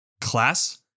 class